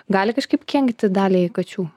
gali kažkaip kenkti daliai kačių